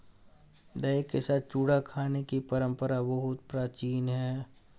दही के साथ चूड़ा खाने की परंपरा बहुत प्राचीन है